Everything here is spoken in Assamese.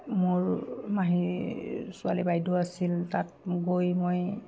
মোৰ মাহী ছোৱালী বাইদেউ আছিল তাত গৈ মই